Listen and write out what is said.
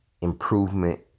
improvement